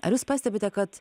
ar jūs pastebite kad